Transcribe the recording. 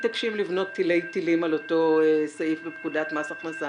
מתעקשים לבנות תילי תילים על אותו סעיף בפקודת מס הכנסה.